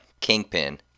Kingpin